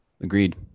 Agreed